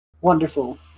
Wonderful